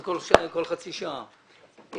כל חצי שעה,